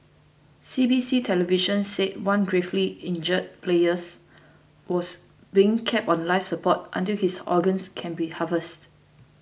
C B C television said one gravely injured players was being kept on life support until his organs can be harvested